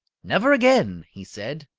never again! he said.